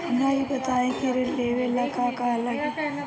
हमरा ई बताई की ऋण लेवे ला का का लागी?